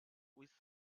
with